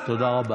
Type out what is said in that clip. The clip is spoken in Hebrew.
תודה.